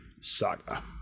Saga